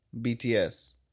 BTS